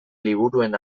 liburuen